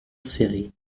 serré